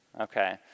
Okay